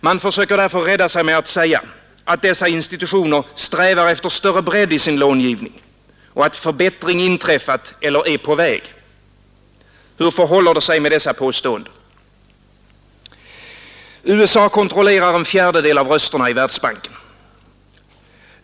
Man försöker därför rädda sig med att säga, att dessa institutioner strävar efter större bredd i sin långivning och att en förbättring inträffat eller är på väg. Hur förhåller det sig med dessa påståenden? USA kontrollerar en fjärdedel av rösterna i Världsbanken.